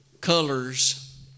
Colors